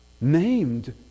named